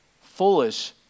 Foolish